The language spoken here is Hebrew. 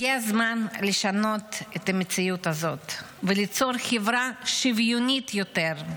הגיע הזמן לשנות את המציאות הזאת וליצור חברה שוויונית יותר.